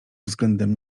względem